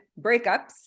breakups